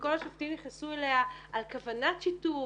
שכל השופטים התייחסו אליה על כוונת שיתוף,